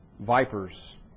vipers